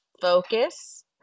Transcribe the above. focus